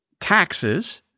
Taxes